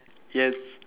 yes